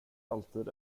alltid